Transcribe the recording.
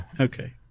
Okay